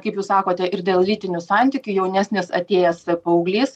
kaip jūs sakote ir dėl lytinių santykių jaunesnis atėjęs paauglys